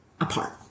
apart